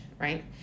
right